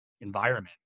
environment